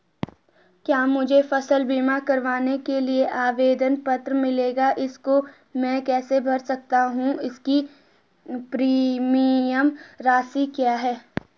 क्या मुझे फसल बीमा करवाने के लिए आवेदन पत्र मिलेगा इसको मैं कैसे भर सकता हूँ इसकी प्रीमियम राशि क्या है?